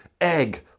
egg